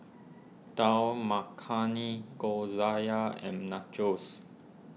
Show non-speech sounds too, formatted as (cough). Dal Makhani (unintelligible) and Nachos